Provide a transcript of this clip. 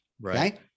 Right